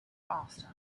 faster